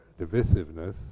divisiveness